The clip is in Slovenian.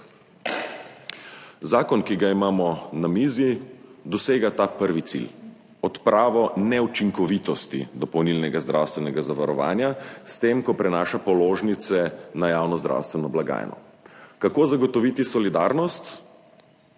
Zakon, ki ga imamo na mizi, dosega prvi cilj, odpravo neučinkovitosti dopolnilnega zdravstvenega zavarovanja s tem, ko prenaša položnice na javno zdravstveno blagajno. Kako zagotoviti solidarnost,